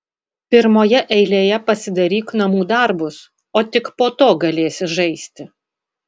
pirmoje eilėje pasidaryk namų darbus o tik po to galėsi žaisti